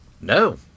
no